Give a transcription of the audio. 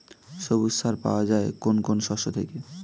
সবুজ সার পাওয়া যায় কোন কোন শস্য থেকে?